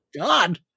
God